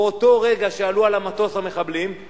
באותו רגע שעלו המחבלים על המטוס,